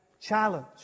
challenge